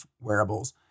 wearables